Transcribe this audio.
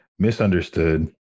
misunderstood